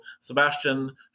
Sebastian